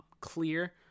clear